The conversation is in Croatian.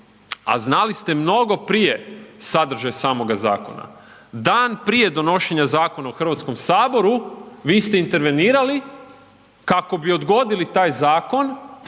a znali ste mnogo prije sadržaj samoga zakona. Dan prije donošenja zakona u Hrvatskom saboru vi ste intervenirali kako bi odgodili taj zakon